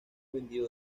vendido